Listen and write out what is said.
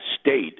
state